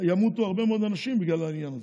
ימותו הרבה מאוד אנשים בגלל העניין הזה.